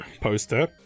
poster